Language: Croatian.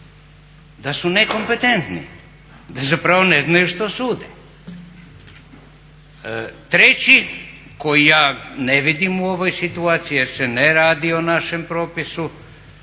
da su nekompetentni, da su zapravo ne znaju što sude. Treći koja ja ne vidim u ovoj situaciji, jer se ne radi o našem propisu,